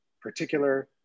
particular